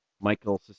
michael